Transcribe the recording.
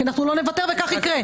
כי אנחנו לא נוותר וכך יקרה.